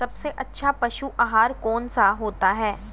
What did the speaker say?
सबसे अच्छा पशु आहार कौन सा होता है?